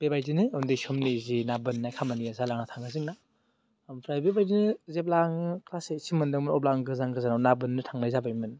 बेबायदिनो उन्दै समनि जि ना बोननाय खामानिया जालांनानै थाङो जोंना ओमफ्राय बेबायदिनो जेब्ला आङो क्लास ओइटसिम मोनदोंमोन अब्ला आं गोजान गोजानाव ना बोननो थांनाय जाबायमोन